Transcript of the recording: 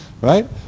right